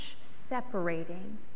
separating